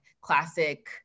classic